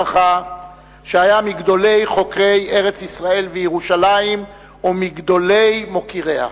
שהיה מגדולי חוקרי ארץ-ישראל וירושלים ומגדולי מוקיריה.